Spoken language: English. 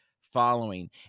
following